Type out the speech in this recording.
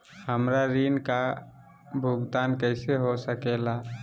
हमरा ऋण का भुगतान कैसे हो सके ला?